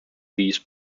these